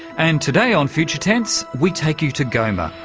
and today on future tense we take you to goma,